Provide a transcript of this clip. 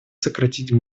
сократить